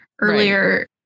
earlier